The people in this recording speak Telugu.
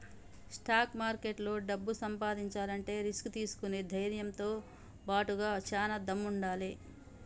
స్టాక్ మార్కెట్లో డబ్బు సంపాదించాలంటే రిస్క్ తీసుకునే ధైర్నంతో బాటుగా చానా దమ్ముండాలే